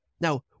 Now